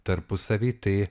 tarpusavy tai